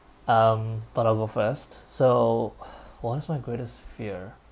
um but I'll go first so what's my greatest fear